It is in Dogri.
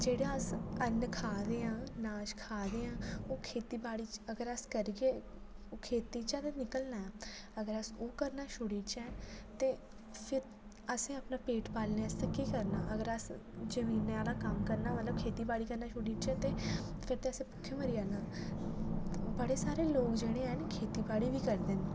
जेह्ड़ा अस अन्न खा दे आं अनाज खा दे आं ओह् खेतीबाड़ी च अगर अस करगे ओह् खेती चा गै निकलना ऐ अगर अस ओह् करना छुडी देचै ते फिर असें अपना पेट पालने आस्तै केह् करना अगर अस जमीनें आह्ला कम्म करना मतलब खेतीबाड़ी करना छुडी देचै ते फिर ते असें भुक्खे मरी जाना बड़े सारे लोग जेह्ड़े हैन खेतीबाड़ी बी करदे न